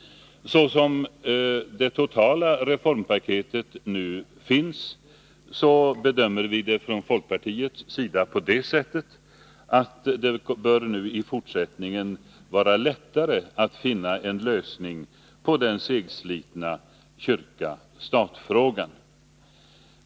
Såsom det totala reformpaketet nu ser ut bedömer vi det från folkpartiets sida på det sättet, att det i fortsättningen bör vara lättare att finna en lösning på den segslitna kyrka-stat-frågan.